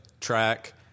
Track